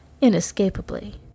inescapably